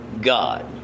God